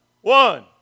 one